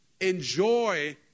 Enjoy